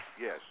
Yes